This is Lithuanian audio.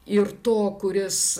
ir to kuris